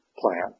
plan